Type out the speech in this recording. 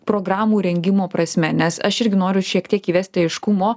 programų rengimo prasme nes aš irgi noriu šiek tiek įvesti aiškumo